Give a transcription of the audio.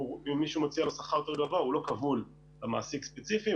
מישהו מציע לו שכר יותר גבוה הוא לא כבול למעסיק ספציפי,